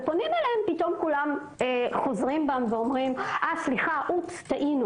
ופונים אליהם כולם ואומרים: אופס טעינו